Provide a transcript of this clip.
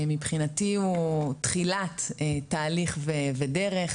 מבחינתי הוא תחילת תהליך ודרך,